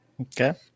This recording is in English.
Okay